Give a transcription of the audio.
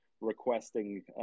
requesting